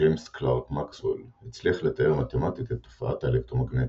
ג'יימס קלרק מקסוול הצליח לתאר מתמטית את תופעת האלקטרומגנטיות,